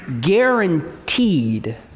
guaranteed